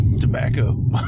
tobacco